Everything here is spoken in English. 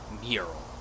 mural